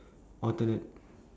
alternate